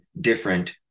different